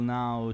now